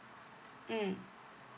mm